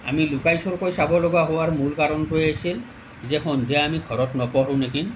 আমি লুকাই চোৰকৈ চাব লগা হোৱাৰ মূল কাৰণটোৱেই আছিল যে সন্ধিয়া আমি ঘৰত নপঢ়ো নেকি